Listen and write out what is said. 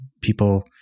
people